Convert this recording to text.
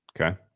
Okay